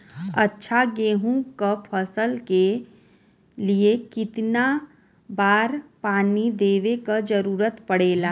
अच्छा गेहूँ क फसल के लिए कितना बार पानी देवे क जरूरत पड़ेला?